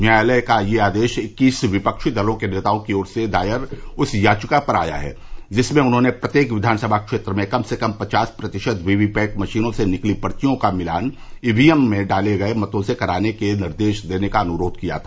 न्यायालय का यह आदेश इक्कीस विपक्षी दलों के नेताओं की ओर से दायर उस याचिका पर आया है जिसमें उन्होंने प्रत्येक विधानसभा क्षेत्र से कम से कम पचास प्रतिशत वीवीपैट मशीनों से निकली पर्चियों का मिलान ईवीएम से डाले गये मतों से कराने के निर्देश देने का अनुरोध किया था